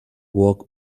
walk